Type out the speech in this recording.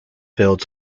fields